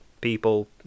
people